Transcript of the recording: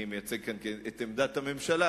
אני מייצג כאן את עמדת הממשלה,